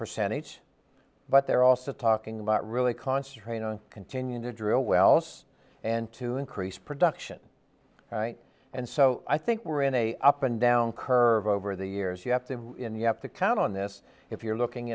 percentage but they're also talking about really concentrating on continue to drill wells and to increase production and so i think we're in a up and down curve over the years you have to you have to count on this if you're looking